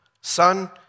son